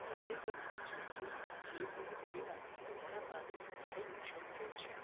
તાજેતરના જંતુઓના ચેપને પરિણામે મારા પાકને ભારે નુકસાન થયું છે